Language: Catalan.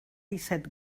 disset